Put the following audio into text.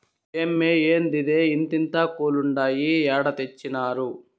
ఏమ్మే, ఏందిదే ఇంతింతాకులుండాయి ఏడ తెచ్చినారు